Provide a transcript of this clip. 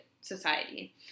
society